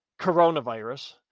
coronavirus